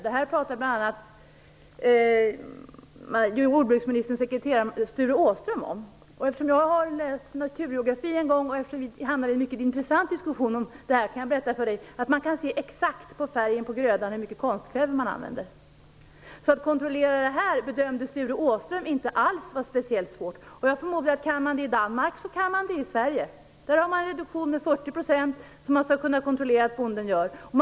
Det pratar bl.a. jordbruksministerns sekreterare Sture Åström om. Jag har en gång läst naturgeografi, och eftersom vi då hamnade i en mycket intressant diskussion om det här kan jag berätta att man på en grödas färg exakt kan se hur mycket konstkväve som använts. Att kontrollera det här bedömde Sture Åström som något som inte alls var speciellt svårt. Jag förmodar att om man i Danmark kan göra det så kan vi i Sverige göra det. I Danmark gäller 40 %, och man skall kunna kontrollera att bonden lever upp till det kravet.